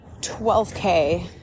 12K